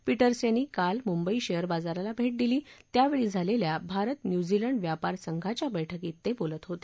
Peters यांनी काल Mumbai share बाजाराला भेट दिली त्यावेळी झालेल्या भारत न्यूझीलंड व्यापार संघाच्या बैठकीत ते बोलत होते